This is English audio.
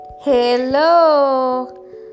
hello